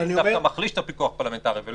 זה דווקא מחליש את הפיקוח הפרלמנטרי.